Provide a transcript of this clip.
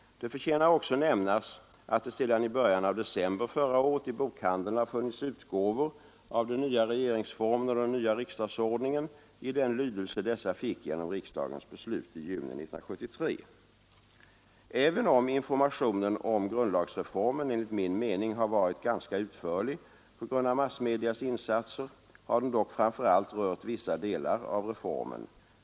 Det förtjänar också nämnas att det sedan i början av december förra året i bokhandeln har funnits utgåvor av den nya regeringsformen och den nya riksdagsordningen i den lydelse dessa fick genom riksdagens beslut i juni 1973. Även om informationen om grundlagsreformen enligt min mening har varit ganska utförlig på grund av massmedias insatser, har den dock framför allt rört vissa delar av reformen.